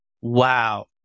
wow